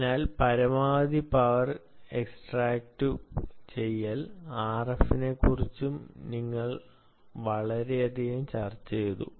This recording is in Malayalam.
അതിനാൽ പരമാവധി loop RF നെക്കുറിച്ചും ഞങ്ങൾ വളരെയധികം ചർച്ചചെയ്തു